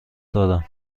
دادم